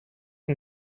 and